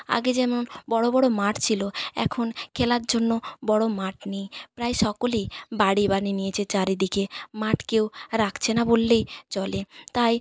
আগে যেমন বড়ো বড়ো মাঠ ছিলো এখন খেলার জন্য বড়ো মাঠ নেই প্রায় সকলেই বাড়ি বানিয়ে নিয়েছে চারিদিকে মাঠ কেউ রাখছে না বললেই চলে তাই